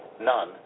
None